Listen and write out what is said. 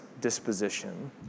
disposition